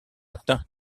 atteints